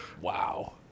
Wow